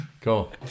Cool